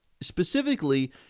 specifically